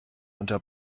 unter